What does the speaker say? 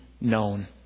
known